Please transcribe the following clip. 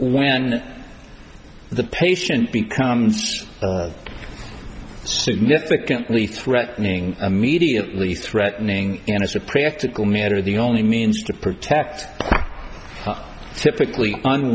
when the patient become significantly threatening immediately threatening and as a practical matter the only means to protect typically un